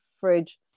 fridge